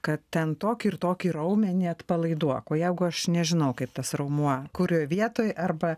kad ten tokį ir tokį raumenį atpalaiduok o jeigu aš nežinau kaip tas raumuo kurioj vietoj arba